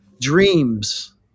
dreams